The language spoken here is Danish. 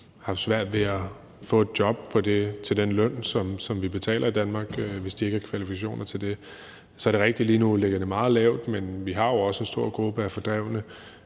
de havde haft svært ved at få et job til den løn, som vi betaler i Danmark, hvis de ikke har kvalifikationer til det. Så er det rigtigt, at det lige nu ligger meget lavt, men vi har jo også en stor gruppe af fordrevne